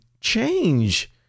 change